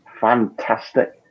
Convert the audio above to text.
fantastic